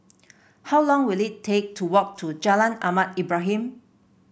how long will it take to walk to Jalan Ahmad Ibrahim